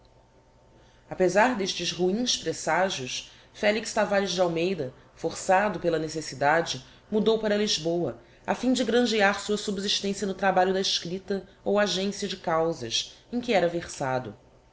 apesar d'estes ruins presagios felix tavares de almeida forçado pela necessidade mudou para lisboa a fim de grangear sua subsistencia no trabalho da escripta ou agencia de causas em que era versado